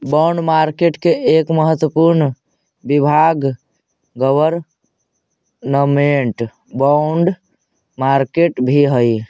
bond market के एक महत्वपूर्ण विभाग गवर्नमेंट बॉन्ड मार्केट भी हइ